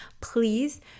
please